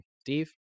Steve